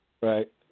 Right